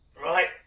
Right